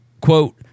Quote